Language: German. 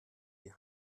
die